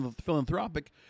philanthropic